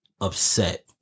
upset